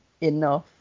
enough